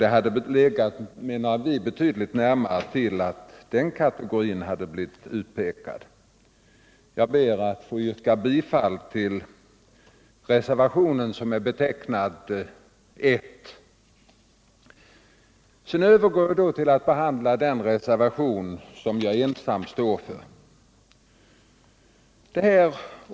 Det hade legat betydligt närmare till att den kategorin hade blivit utpekad. Jag ber att få yrka bifall till reservationen 1. Jag övergår sedan till att behandla den reservation som jag ensam står för.